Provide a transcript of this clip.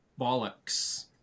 bollocks